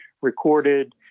recorded